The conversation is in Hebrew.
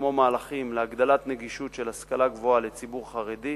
כמו מהלכים להגדלת הנגישות של השכלה גבוהה לציבור החרדי,